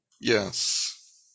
Yes